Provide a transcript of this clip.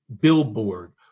billboard